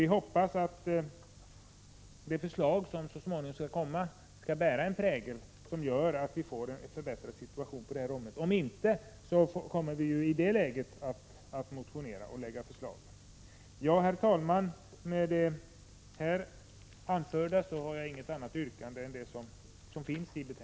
Vi hoppas att det förslag som så småningom skall komma präglas av utsikter till en förbättrad situation på detta område. Om inte, kommer vi i det läget att motionera och lägga fram förslag. Herr talman! Jag har inget annat yrkande än utskottets.